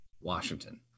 Washington